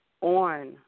on